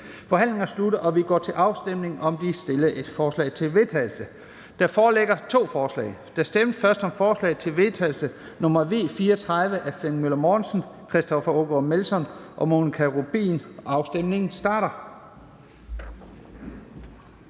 Forhandlingen er sluttet, og vi går til afstemning om de fremsatte forslag til vedtagelse. Der foreligger to forslag. Der stemmes først om forslag til vedtagelse nr. V 34 af Flemming Møller Mortensen (S), Christoffer Aagaard Melson (V) og Monika Rubin (M), og afstemningen starter.